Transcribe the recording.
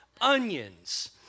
onions